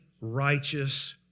righteous